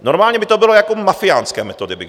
Normálně by to bylo jako mafiánské metody, řekl bych.